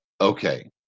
Okay